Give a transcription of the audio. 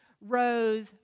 rose